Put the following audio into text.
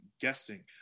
guessing